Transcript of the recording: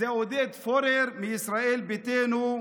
זה עודד פורר מישראל ביתנו,